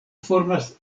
formas